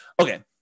Okay